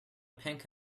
pink